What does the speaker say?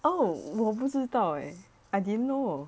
oh 我不知道 eh I didn't know